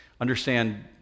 Understand